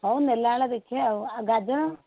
ହଉ ନେଲାବେଳେ ଦେଖିବା ଆଉ ଆଉ ଗାଜର